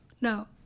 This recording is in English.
no